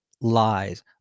lies